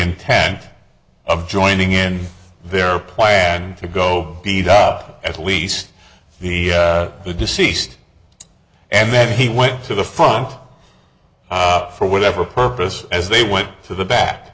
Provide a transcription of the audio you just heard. intent of joining in their plan to go beat up at least the the deceased and then he went to the farm for whatever purpose as they went to the ba